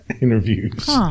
interviews